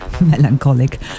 melancholic